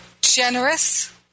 generous